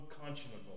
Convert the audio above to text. unconscionable